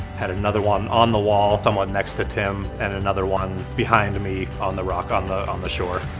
had another one on the wall somewhat next to tim and another one behind me on the rock on the on the shore.